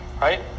Right